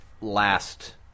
last